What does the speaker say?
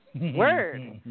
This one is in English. Word